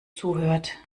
zuhört